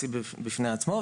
תקציב בפני עצמו,